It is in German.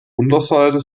unterseite